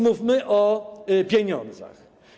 Mówmy o pieniądzach.